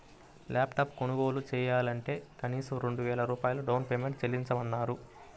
lap top కొనుగోలు చెయ్యాలంటే కనీసం రెండు వేల రూపాయలు డౌన్ పేమెంట్ చెల్లించమన్నారు